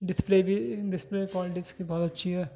display بھی display quality اس کی بہت اچھی ہے